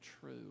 true